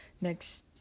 Next